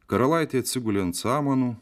karalaitė atsigulė ant samanų